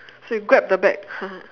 so you grab the bag